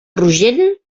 rogent